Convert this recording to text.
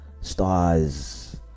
stars